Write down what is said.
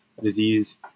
Disease